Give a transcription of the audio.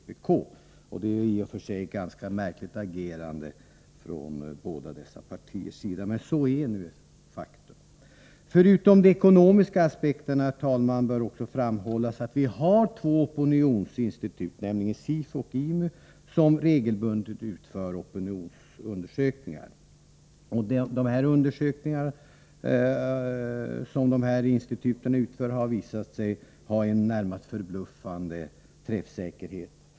Det är i och för sig fråga om ett ganska märkligt agerande från dessa båda partiers sida, men det är nu ett faktum. Förutom de ekonomiska aspekterna, herr talman, bör också framhållas att vi har två opinionsinstitut, nämligen SIFO och IMU, som regelbundet utför opinionsundersökningar. De undersökningar som dessa institut utför har visat sig ha en närmast förbluffande träffsäkerhet.